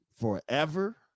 forever